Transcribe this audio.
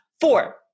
Four